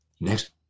Next